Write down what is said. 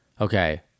Okay